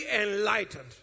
enlightened